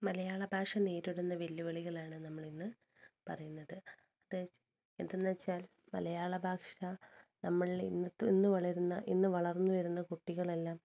മലയാള ഭാഷ നേരിടുന്ന വെല്ലുവിളികളാണ് നമ്മളിന്ന് പറയുന്നത് അത് എന്താണെന്നുവച്ചാൽ മലയാള ഭാഷ നമ്മളിൽ ഇന്നു വളരുന്ന ഇന്നു വളർന്നുവരുന്ന കുട്ടികളെല്ലാം